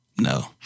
no